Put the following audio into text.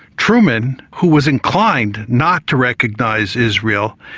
truman who was inclined not to recognise israel,